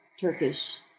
Turkish